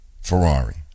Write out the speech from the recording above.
Ferrari